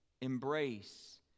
embrace